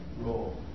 role